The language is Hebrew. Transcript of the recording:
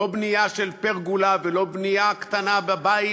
לא בנייה של פרגולה ולא בנייה קטנה בבית